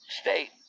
state